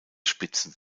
spitzen